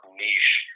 niche